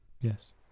yes